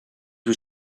was